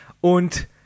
und